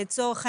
לצורך העניין,